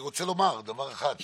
כשהיה רבין,